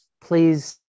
please